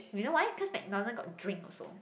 you know why cause McDonald got drinks also